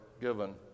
given